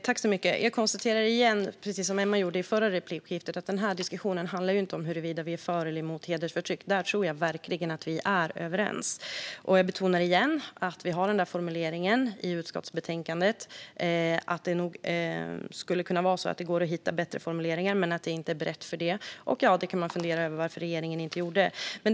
Fru talman! Jag konstaterar, precis som Emma gjorde i förra replikskiftet, att den här diskussionen inte handlar om huruvida vi är för eller emot hedersförtryck. Där tror jag verkligen att vi är överens. Jag betonar igen att vi har den här formuleringen i utskottsbetänkandet. Det skulle nog kunna vara så att det går att hitta bättre formuleringar. Men det handlar om att det inte är berett för detta. Ja, man kan fundera över varför regeringen inte gjorde det.